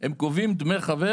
הם קובעים דמי חבר